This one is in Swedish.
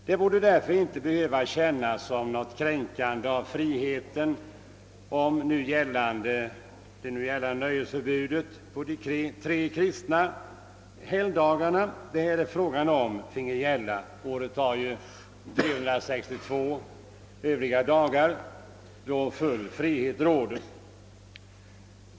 Det borde därför inte behöva kännas som något kränkande av friheten, om nu gällande nöjesförbud på de tre kristna helgdagar det här är fråga om finge gälla — året har ju ytterligare 362 dagar då full frihet råder.